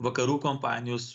vakarų kompanijos